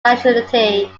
nationality